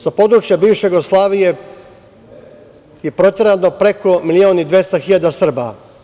Sa područja bivše Jugoslavije je proterano preko milion i 200 hiljada Srba.